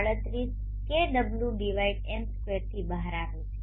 38 kWm2 થી બહાર આવે છે